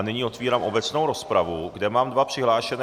Nyní otevírám obecnou rozpravu, kde mám dva přihlášené.